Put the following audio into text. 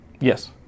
Yes